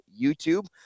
YouTube